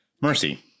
mercy